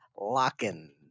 locking